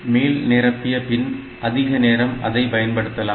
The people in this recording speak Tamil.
மீள்நிரப்பிய பின் அதிக நேரம் அதை பயன்படுத்தலாம்